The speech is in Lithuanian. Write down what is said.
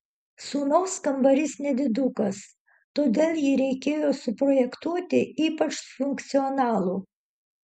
sūnaus kambarys nedidukas todėl jį reikėjo suprojektuoti ypač funkcionalų